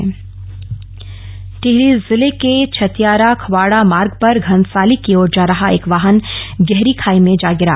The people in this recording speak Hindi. टिहरी हादसा टिहरी जिले के छतियारा खवाड़ा मार्ग पर घनसाली की ओर जा रहा एक वाहन गहरी खाई में जा गिरा